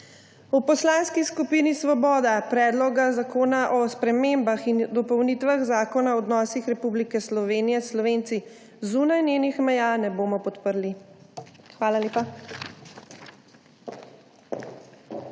V Poslanski skupini Svoboda Predloga zakona o spremembah in dopolnitvah Zakona o odnosih Republike Slovenije s Slovenci zunaj njenih meja ne bomo podprli. Hvala lepa.